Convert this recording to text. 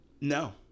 No